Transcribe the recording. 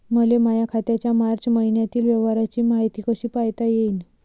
मले माया खात्याच्या मार्च मईन्यातील व्यवहाराची मायती कशी पायता येईन?